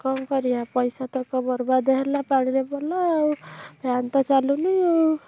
କ'ଣ କରିବା ପଇସାତକ ବର୍ବାଦ୍ ହେଲା ପାଣିରେ ପଡ଼ିଲା ଆଉ ଫ୍ୟାନ୍ ତ ଚାଲୁନି ଆଉ